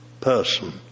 person